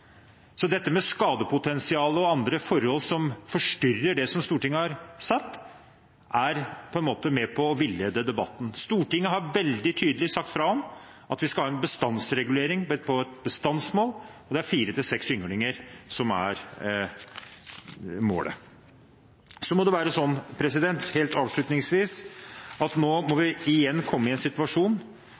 Så dette med skadepotensial, og andre forhold som forstyrrer det bestandsmålet som Stortinget har satt, er på en måte med på å villede debatten. Stortinget har veldig tydelig sagt fra om at vi skal ha en bestandsregulering basert på et bestandsmål, og det er fire–seks ynglinger som er målet. Helt avslutningsvis: Nå må vi igjen komme i en situasjon